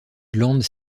glandes